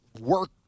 work